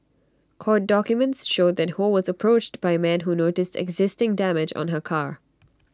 court documents showed that ho was approached by A man who noticed existing damage on her car